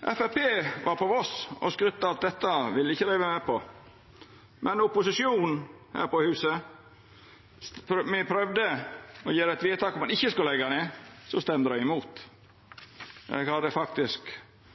Framstegspartiet var på Voss og skrytte av at dette ville ikkje dei vera med på. Men då me i opposisjonen her på huset prøvde å gjera eit vedtak om at ein ikkje skulle leggja ned, så stemde dei imot. Eg hadde faktisk